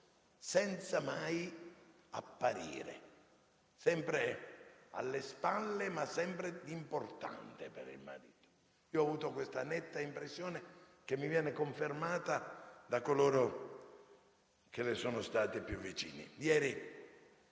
senza mai apparire, sempre alle spalle, ma sempre importante per lui. Io ho avuto questa netta impressione che mi viene confermata da coloro che le sono stati più vicini.